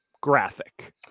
graphic